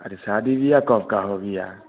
अरे शादी ब्याह कब का हो गया